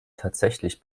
tatsächlich